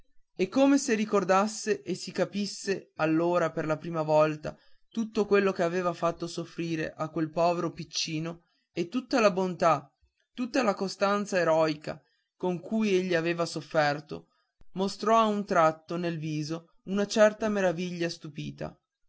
e come se ricordasse e capisse allora per la prima volta tutto quello che aveva fatto soffrire a quel povero piccino e tutta la bontà tutta la costanza eroica con cui egli aveva sofferto mostrò a un tratto nel viso una certa meraviglia stupida